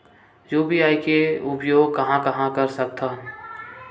UPI के उपयोग कहां कहा कर सकत हन?